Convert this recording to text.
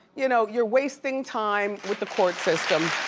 you know you're wasting time with the court system.